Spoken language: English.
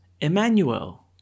Emmanuel